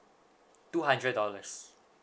two hundred dollars